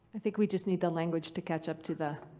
i think we just need the language to catch up to the.